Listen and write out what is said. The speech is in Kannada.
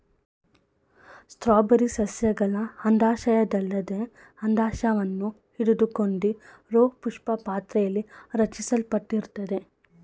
ಸ್ಟ್ರಾಬೆರಿ ಸಸ್ಯಗಳ ಅಂಡಾಶಯದಲ್ಲದೆ ಅಂಡಾಶವನ್ನು ಹಿಡಿದುಕೊಂಡಿರೋಪುಷ್ಪಪಾತ್ರೆಲಿ ರಚಿಸಲ್ಪಟ್ಟಿರ್ತದೆ